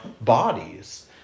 bodies